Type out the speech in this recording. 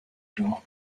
genre